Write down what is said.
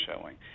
showing